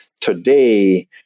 today